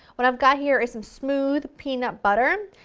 what i've got here is some smooth peanut butter,